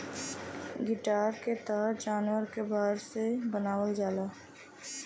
guitar क तार जानवर क बार से बनावल जाला